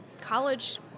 college